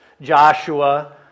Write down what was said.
Joshua